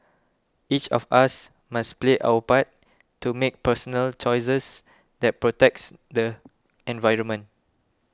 each of us must play our part to make personal choices that protect the environment